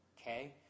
okay